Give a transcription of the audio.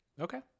Okay